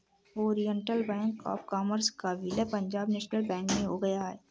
Oriental Bank of Commerce का विलय Punjab National Bank में हो गया है